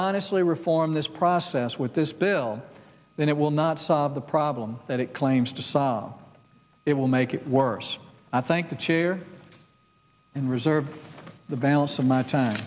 honestly reform this process with this bill then it will not solve the problem that it claims to solve it will make it worse i thank the chair and reserve the balance of my time